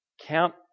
Count